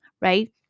right